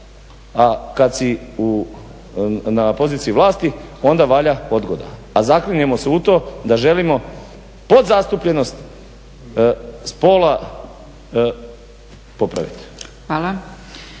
a kad si na poziciji vlasti onda valja odgoda. A zaklinjemo se u to da želimo podzastupljenost spola popraviti.